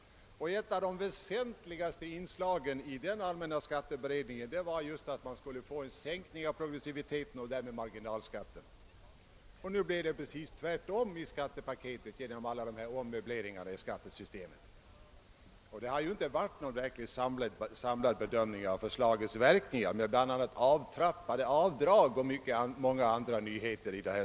Ett av de väsentligaste inslagen i detta förslag var just en sänkning av progressiviteten och därmed av marginalskatten. Nu blev det precis tvärtom i skattepaketet, till följd av alla ommöbleringarna i skattesystemet och det har ju inte skett någon verkligt samlad bedömning av för slagets verkningar med avseende på bl.a. avtrappade avdrag och många andra nyheter.